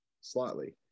slightly